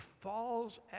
falls